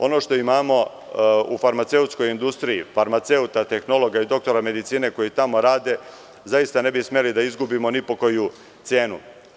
Ono što imamo u farmaceutskoj industriji, farmaceuta, tehnologa, i doktora medicine koji tamo rade, zaista ne bi smeli da izgubimo ni po koju cenu.